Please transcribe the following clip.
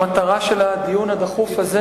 המטרה של הדיון הדחוף הזה